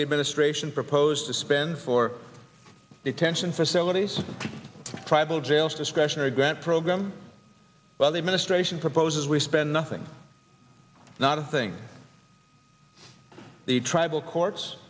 the administration proposed to spend for detention facilities tribal jails discretionary grant program by the administration proposes we spend nothing not a thing the tribal courts